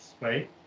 right